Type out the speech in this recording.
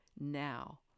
now